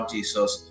Jesus